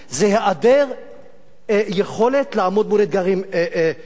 זה היעדר יכולת לעמוד מול אתגרים אסטרטגיים,